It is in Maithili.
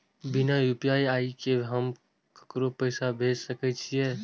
बिना यू.पी.आई के हम ककरो पैसा भेज सके छिए?